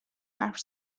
حرف